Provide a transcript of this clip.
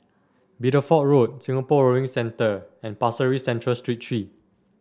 Bideford Road Singapore Rowing Centre and Pasir Ris Central Street Three